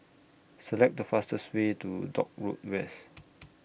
Select The fastest Way to Dock Road West